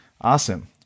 Awesome